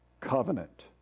covenant